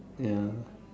ya